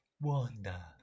Wanda